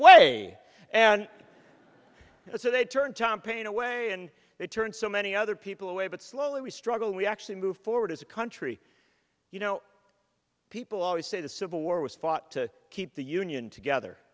way and so they turn tom pain away and they turn so many other people away but slowly we struggle we actually move forward as a country you know people always say the civil war was fought to keep the union together